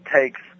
takes